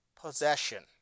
possession